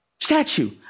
Statue